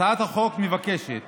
הצעת החוק מבקשת